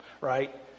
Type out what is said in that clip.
right